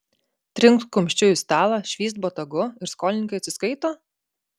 trinkt kumščiu į stalą švyst botagu ir skolininkai atsiskaito